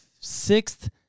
sixth